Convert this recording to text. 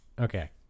Okay